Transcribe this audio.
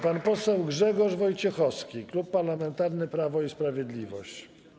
Pan poseł Grzegorz Wojciechowski, Klub Parlamentarny Prawo i Sprawiedliwość.